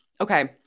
Okay